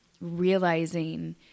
realizing